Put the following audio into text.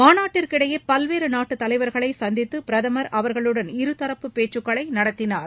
மாநாட்டிற்கிடையே பல்வேறு நாட்டுத்தலைவர்களை சந்தித்த பிரதமர் அவர்களுடன் இருதரப்பு பேச்சுக்களை நடத்தினார்